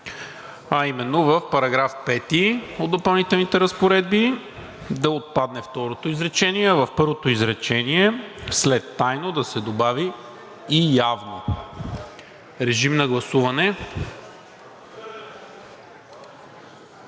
а именно в § 5 от допълнителните разпоредби да отпадне второто изречение, а в първото изречение след „тайно“ да се добави „и явно“. Гласували